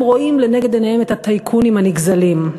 רואים לנגד עיניהם את הטייקונים הנגזלים.